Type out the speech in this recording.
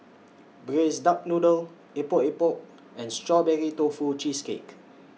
Braised Duck Noodle Epok Epok and Strawberry Tofu Cheesecake